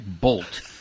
bolt